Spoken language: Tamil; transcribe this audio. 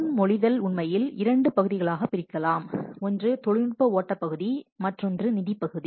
முன்மொழிதல் உண்மையில் இரண்டு பகுதிகளாக பிரிக்கலாம் ஒன்று தொழில்நுட்ப ஓட்ட பகுதி மற்றொன்று நிதி பகுதி